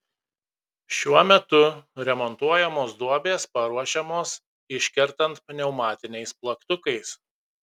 šiuo metu remontuojamos duobės paruošiamos iškertant pneumatiniais plaktukais